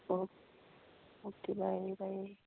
O okay bye bye